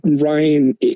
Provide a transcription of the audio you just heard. Ryan